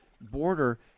border